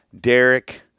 Derek